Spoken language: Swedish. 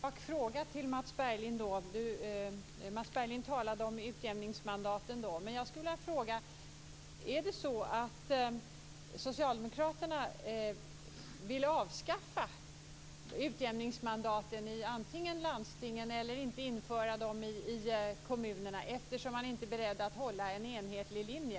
Fru talman! Jag vill ställa en rak fråga till Mats Berglind. Han talade om utjämningsmandaten. Är det så att socialdemokraterna vill avskaffa utjämningsmandaten i landstingen eller att man inte vill att sådana skall införas i kommunerna, eftersom man inte är beredd att hålla sig till en enhetlig linje?